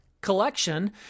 collection